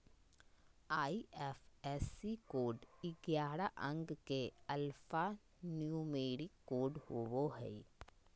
IFSC code ग्यारह अंक के एल्फान्यूमेरिक कोड होवो हय